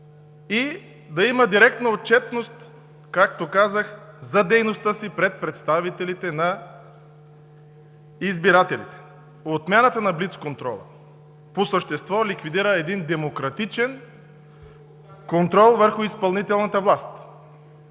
и да имат директна отчетност, както казах, за дейността си пред представителите на избирателите. Отмяната на блицконтрола по същество ликвидира един демократичен контрол върху изпълнителната власт.